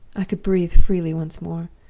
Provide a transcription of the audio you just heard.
i could breathe freely once more!